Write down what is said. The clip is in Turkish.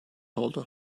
oldu